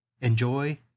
enjoy